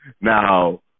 Now